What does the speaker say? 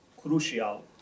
crucial